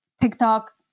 TikTok